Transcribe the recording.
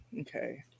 Okay